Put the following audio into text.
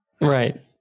Right